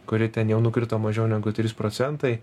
kuri ten jau nukrito mažiau negu trys procentai